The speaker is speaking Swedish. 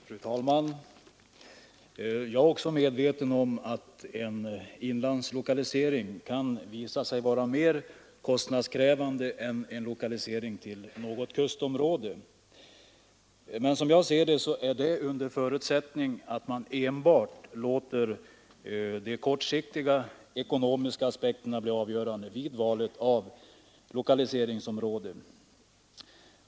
Fru talman! Jag är också medveten om att en inlandslokalisering kan visa sig vara mer kostnadskrävande än en lokalisering till något kustområde, men det är som jag ser det under förutsättning att man enbart låter de kortsiktiga ekonomiska aspekterna bli avgörande vid valet av lokaliseringsområde.